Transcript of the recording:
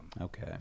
Okay